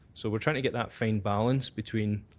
so we're trying to get that fine balance between